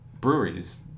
breweries